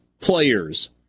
players